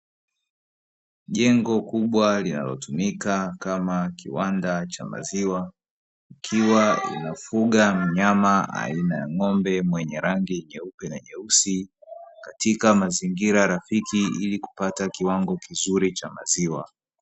Jengo kubwa linalotumika kama kiwanda cha maziwa, likiwa linafuga mnyama aina ya ng'ombe mwenye rangi nyeupe na nyeusi katika mazingira rafiki ili kupata kiwango kizuri cha maziwa.